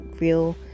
Real